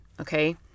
Okay